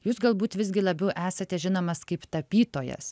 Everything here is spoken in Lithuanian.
jūs galbūt visgi labiau esate žinomas kaip tapytojas